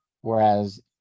whereas